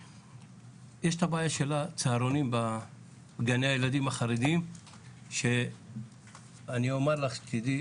יש את הבעיה של הצהרונים בגני הילדים החרדים שאני אומר לך שתדעי